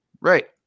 right